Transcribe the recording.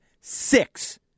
six